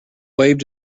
waved